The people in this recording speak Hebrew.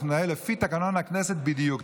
אנחנו ננהל לפי תקנון הכנסת בדיוק.